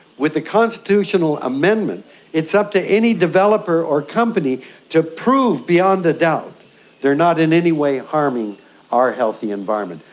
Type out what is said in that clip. with a constitutional amendment it's up to any developer or company to prove beyond a doubt they are not in any way harming our healthy environment.